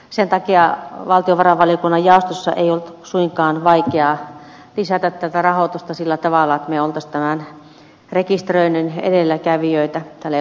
sen takia valtiovarainvaliokunnan jaostossa ei ollut suinkaan vaikeaa lisätä rahoitusta sillä tavalla että me olisimme rekisteröinnin edelläkävijöitä euroopassa